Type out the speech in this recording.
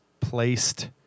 placed